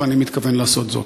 ואני מתכוון לעשות זאת.